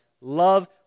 love